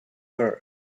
her